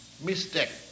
mistake